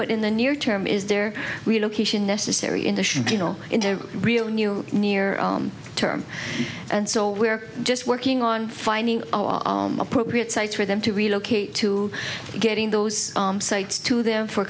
but in the near term is their relocation necessary in the you know in the real new near term and so we're just working on finding appropriate sites for them to relocate to getting those sites to them for